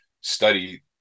study